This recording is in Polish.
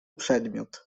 przedmiot